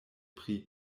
pri